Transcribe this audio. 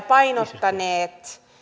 painottaneet